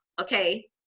Okay